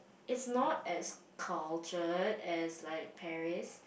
it's not as cultured as like Paris